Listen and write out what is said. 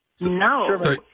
no